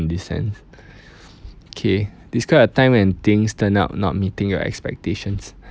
in this sense kay describe a time when things turn out not meeting your expectations